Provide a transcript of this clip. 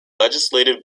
legislative